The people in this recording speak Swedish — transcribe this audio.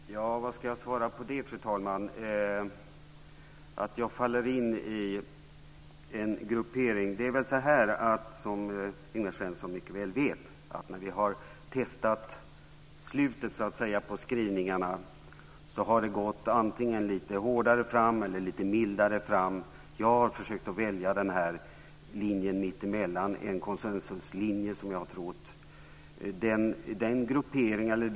Fru talman! Vad ska jag svara på påståendet att jag faller in i en gruppering? Som Ingvar Svensson mycket väl vet har man velat gå antingen lite hårdare eller lite mildare fram när man har testat slutet på skrivningarna. Jag har försökt välja linjen mittemellan - vad jag har trott vara en konsensuslinje.